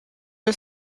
was